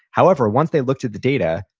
however, once they looked at the data,